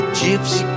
gypsy